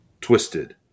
twisted